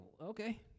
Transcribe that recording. okay